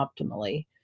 optimally